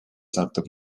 satub